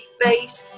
face